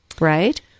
right